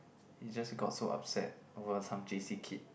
he just got so upset over some J_C kid